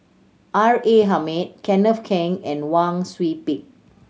R A Hamid Kenneth Keng and Wang Sui Pick